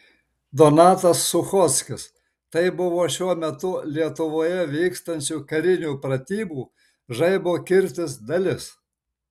donatas suchockis tai buvo šiuo metu lietuvoje vykstančių karinių pratybų žaibo kirtis dalis